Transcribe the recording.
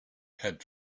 had